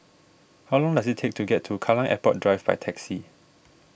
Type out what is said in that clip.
how long does it take to get to Kallang Airport Drive by taxi